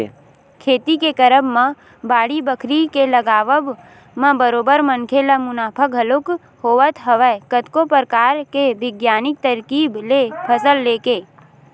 खेती के करब म बाड़ी बखरी के लगावब म बरोबर मनखे ल मुनाफा घलोक होवत हवय कतको परकार के बिग्यानिक तरकीब ले फसल लेके